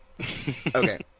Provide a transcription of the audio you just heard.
Okay